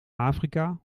afrika